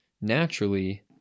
naturally